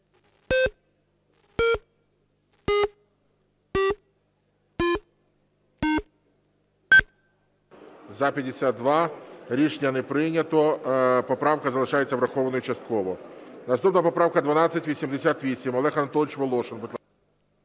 За-52 Рішення не прийнято. Поправка залишається врахованою частково. Наступна поправка 1288. Олег Анатолійович Волошин,